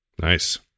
Nice